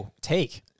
take